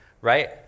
right